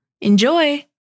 Enjoy